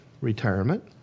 retirement